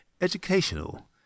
educational